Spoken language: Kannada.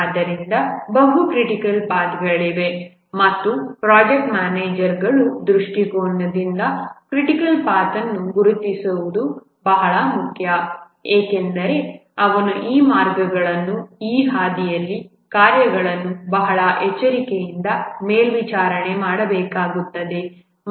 ಆದ್ದರಿಂದ ಬಹು ಕ್ರಿಟಿಕಲ್ ಪಾಥ್ಗಳಿವೆ ಮತ್ತು ಪ್ರಾಜೆಕ್ಟ್ ಮ್ಯಾನೇಜರ್ಗಳ ದೃಷ್ಟಿಕೋನದಿಂದ ಕ್ರಿಟಿಕಲ್ ಪಾಥ್ಅನ್ನು ಗುರುತಿಸುವುದು ಬಹಳ ಮುಖ್ಯ ಏಕೆಂದರೆ ಅವನು ಈ ಮಾರ್ಗಗಳನ್ನು ಈ ಹಾದಿಯಲ್ಲಿನ ಕಾರ್ಯಗಳನ್ನು ಬಹಳ ಎಚ್ಚರಿಕೆಯಿಂದ ಮೇಲ್ವಿಚಾರಣೆ ಮಾಡಬೇಕಾಗುತ್ತದೆ